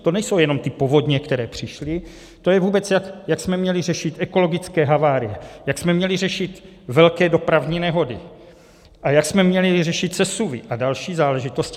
To nejsou jenom povodně, které přišly, to je vůbec, jak jsme měli řešit ekologické havárie, jak jsme měli řešit velké dopravní nehody a jak jsme měli řešit sesuvy a další záležitosti.